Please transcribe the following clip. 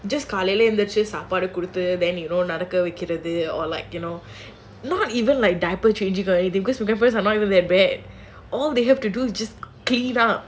just காலைல எந்திரிச்சி சாப்பாடு கொடுத்து:kaalaila enthirichi saapaadu koduthu then you know நடக்க வைக்குறது:nadakka vaikkurathu or like you know not even diaper changing or anything because my grandpa is not even that bad all they have to do is just clean up